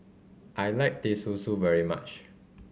I like Teh Susu very much